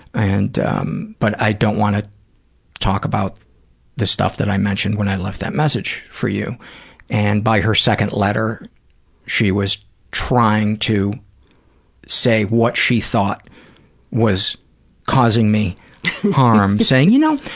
and um but i don't want to talk the the stuff that i mentioned when i left that message for you and by her second letter she was trying to say what she thought was causing me harm. saying you know,